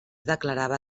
declarava